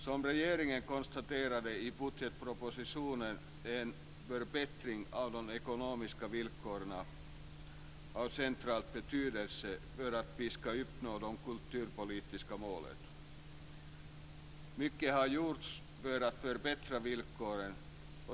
Som regeringen konstaterade i budgetpropositionen är en förbättring av de ekonomiska villkoren av central betydelse för att vi ska uppnå de kulturpolitiska målen. Mycket har gjorts för att förbättra villkoren.